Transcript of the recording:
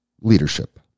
leadership